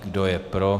Kdo je pro?